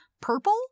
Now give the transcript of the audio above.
purple